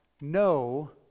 no